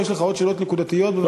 יש לך עוד שאלות נקודתיות, בבקשה?